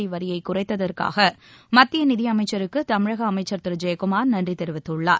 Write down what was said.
தமிழக வரியை குறைத்ததற்காக மத்திய நிதியமைச்சருக்கு தமிழக அமைச்சர் திரு ஜெயக்குமார் நன்றி தெரிவித்தள்ளார்